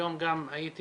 היום גם הייתי